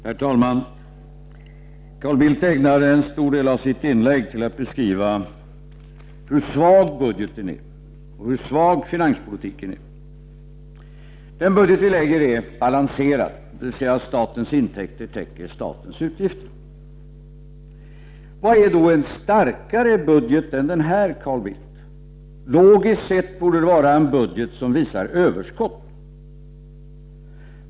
Herr talman! Carl Bildt ägnade en stor del av sitt inlägg till att beskriva hur svag budgeten är och hur svag finanspolitiken är. Den budget som vi lägger fram är balanserad, dvs. att statens intäkter täcker statens utgifter. Vad är då en starkare budget än den här, Carl Bildt? Logiskt sett borde den vara en budget som visar överskott.